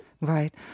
Right